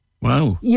Wow